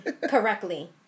correctly